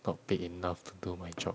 not paid enough to do my job